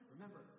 Remember